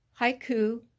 haiku